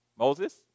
Moses